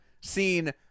seen